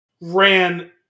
ran